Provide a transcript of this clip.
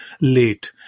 late